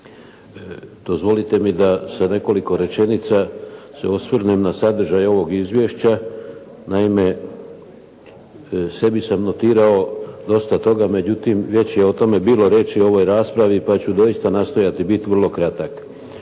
Dozvolite mi da sa nekoliko rečenica se osvrnem na sadržaj ovog Izvješća. Naime, sebi sam notirao dosta toga, međutim već je o tome bilo riječi u ovoj raspravi, pa ću doista nastojati biti vrlo kratak.